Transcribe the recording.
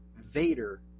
Vader